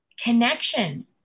connection